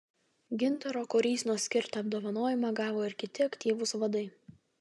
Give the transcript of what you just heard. gintaro koryznos skirtą apdovanojimą gavo ir kiti aktyvūs vadai